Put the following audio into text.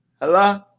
Hello